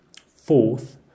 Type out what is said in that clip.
Fourth